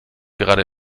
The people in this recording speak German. gerade